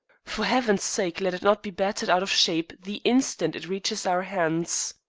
for heaven's sake let it not be battered out of shape the instant it reaches our hands.